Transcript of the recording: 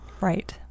Right